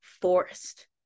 forced